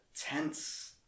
tense